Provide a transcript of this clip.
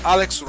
Alex